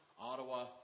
Ottawa